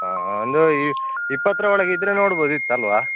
ಹಾಂ ಒಂದು ಈ ಇಪ್ಪತ್ತರ ಒಳಗೆ ಇದ್ರೆ ನೋಡ್ಬೋದಿತ್ತು ಅಲ್ವ